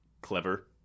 Clever